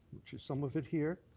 which is some of it here,